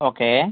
okay